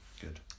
good